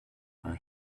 are